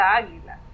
águila